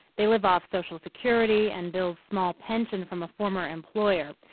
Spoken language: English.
they live off social security and bill's small pension from a former employer.